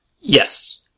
Yes